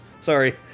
sorry